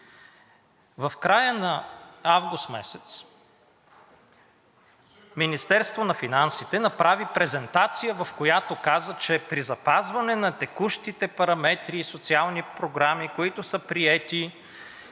В края на август месец Министерството на финансите направи презентация, в която каза, че при запазване на текущите параметри и социални програми, които са приети